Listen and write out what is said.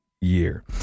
year